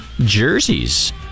jerseys